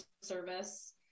service